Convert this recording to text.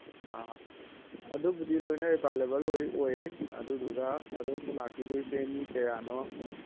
ꯑꯗꯨꯕꯨꯗꯤ ꯂꯣꯏꯅ ꯑꯦꯕꯥꯏꯂꯦꯕꯜ ꯂꯣꯏ ꯑꯣꯏꯌꯦ ꯑꯗꯨꯗꯨꯒ ꯑꯗꯣꯝꯅ ꯂꯥꯛꯄꯤꯗꯣꯏꯁꯦ ꯃꯤ ꯀꯌꯥꯅꯣ